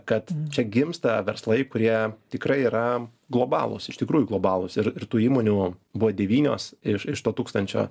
kad čia gimsta verslai kurie tikrai yra globalūs iš tikrųjų globalūs ir ir tų įmonių buvo devynios iš iš to tūkstančio